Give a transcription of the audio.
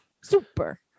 Super